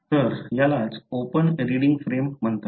तर यालाच open reading frame म्हणतात